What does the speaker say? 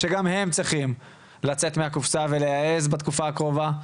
שגם הם צריכים לצאת מהקופסה ולהעז בתקופה הקרובה.